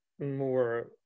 more